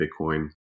bitcoin